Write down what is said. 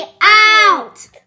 out